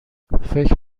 فکر